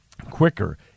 quicker